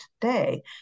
today